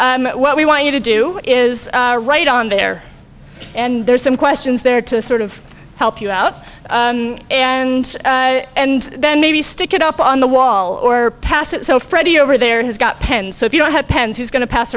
today what we want you to do is right on there and there's some questions there to sort of help you out and and then maybe stick it up on the wall or pass it so freddy over there has got pens so if you don't have pens he's going to pass